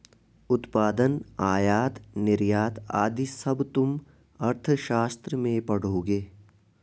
उत्पादन, आयात निर्यात आदि सब तुम अर्थशास्त्र में पढ़ोगे